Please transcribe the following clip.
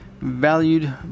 valued